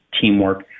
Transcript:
teamwork